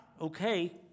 Okay